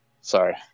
sorry